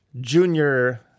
Junior